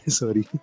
sorry